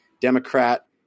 Democrat